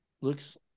looks